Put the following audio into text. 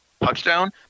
touchdown